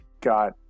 got